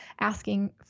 asking